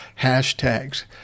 hashtags